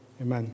Amen